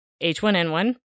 H1N1